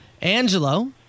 Angelo